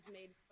made